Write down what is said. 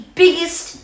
biggest